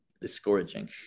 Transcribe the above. discouraging